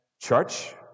church